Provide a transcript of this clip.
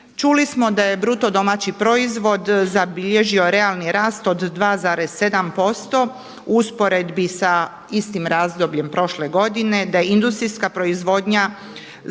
Čuli smo da je BDP zabilježio realni rast od 2,7% u usporedbi sa istim razdobljem prošle godine, da je industrijska proizvodnja za